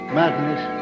madness